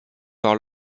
par